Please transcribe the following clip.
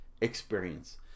experience